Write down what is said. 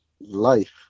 life